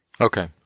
Okay